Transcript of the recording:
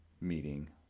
meeting